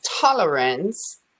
tolerance